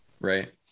right